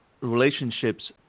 relationships